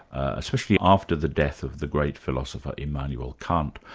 especially after the death of the great philosopher, immanuel kant,